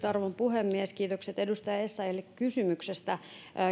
arvon puhemies kiitokset edustaja essayahille kysymyksestä